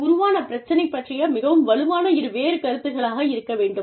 அது உருவான பிரச்சனை பற்றிய மிகவும் வலுவான இரு வேறு கருத்துக்களாக இருக்க வேண்டும்